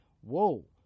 Whoa